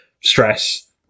stress